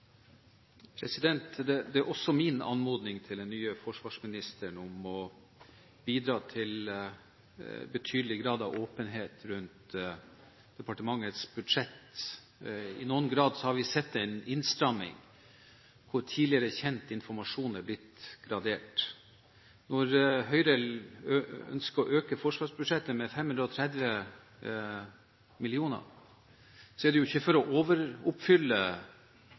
også min anmodning til den nye forsvarsministeren at han bidrar til betydelig grad av åpenhet rundt departementets budsjett. I noen grad har vi sett en innstramming hvor tidligere kjent informasjon er blitt gradert. Når Høyre ønsker å øke forsvarsbudsjettet med 530 mill. kr, er det ikke for å overoppfylle